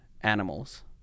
animals